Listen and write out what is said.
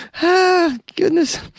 Goodness